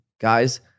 guys